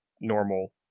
normal